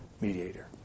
mediator